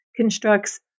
constructs